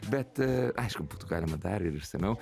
bet e aišku būtų galima dar ir išsamiau